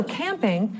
camping